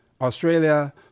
Australia